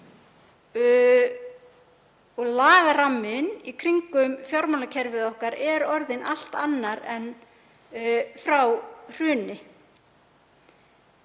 lagaramminn í kringum fjármálakerfið okkar er orðinn allt annar en frá hruni.